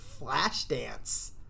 Flashdance